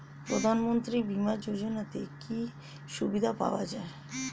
প্রধানমন্ত্রী বিমা যোজনাতে কি কি সুবিধা পাওয়া যায়?